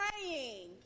praying